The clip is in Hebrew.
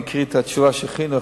אני אקריא את התשובה שהכינו,